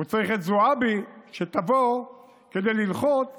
והוא צריך את זועבי שתבוא כדי ללחוץ